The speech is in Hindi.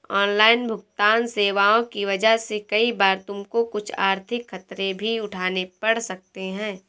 ऑनलाइन भुगतन्न सेवाओं की वजह से कई बार तुमको कुछ आर्थिक खतरे भी उठाने पड़ सकते हैं